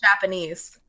Japanese